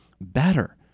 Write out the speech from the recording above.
better